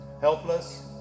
helpless